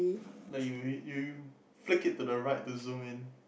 like you already you you flick it to the right to zoom in